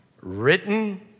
written